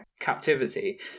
captivity